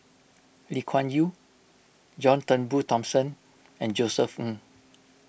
Lee Kuan Yew John Turnbull Thomson and Josef Ng